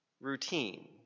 Routine